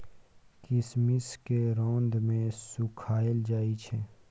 किशमिश केँ रौद मे सुखाएल जाई छै